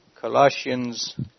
Colossians